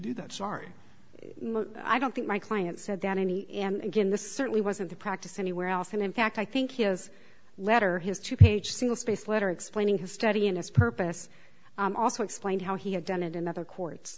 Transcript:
do that sorry i don't think my client said that any and again this certainly wasn't the practice anywhere else and in fact i think he has a letter his two page single spaced letter explaining his study and his purpose also explained how he had done it in other courts